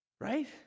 Right